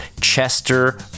Chester